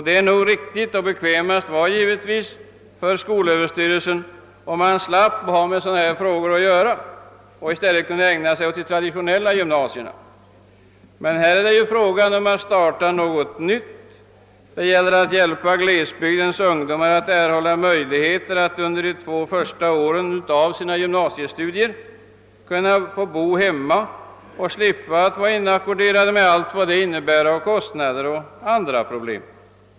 Det är nog riktigt, och bekvämast för skolöverstyrelsen vore givetvis att slippa ha med sådana här frågor att göra och i stället få ägna sig åt de traditionella gymnasierna. Men här är det fråga om att starta något nytt — det gäller att ge glesbygdens ungdomar möjlighet att under de två första åren av sina gymnasiestudier bo hemma och slippa vara inackorderade med allt vad det innebär av ökade kostnader och andra problem.